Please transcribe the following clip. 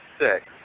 six